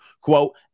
Quote